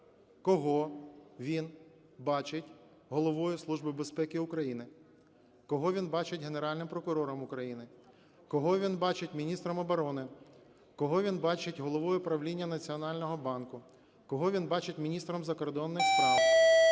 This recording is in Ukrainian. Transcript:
кого він бачить Головою Служби безпеки України, кого він бачить Генеральним прокурором України, кого він бачить міністром оборони, кого він бачить Головою правління Національного банку, кого він бачить міністром закордонних справ,